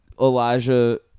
Elijah